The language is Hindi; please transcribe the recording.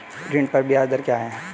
ऋण पर ब्याज दर क्या है?